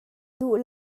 duh